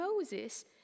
Moses